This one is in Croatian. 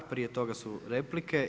Prije toga su replike.